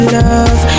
love